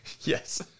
Yes